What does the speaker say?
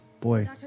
Boy